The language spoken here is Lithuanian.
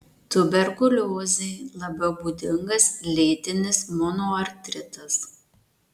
tuberkuliozei labiau būdingas lėtinis monoartritas